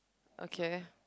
okay